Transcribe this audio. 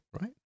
right